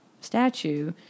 statue